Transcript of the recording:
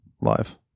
live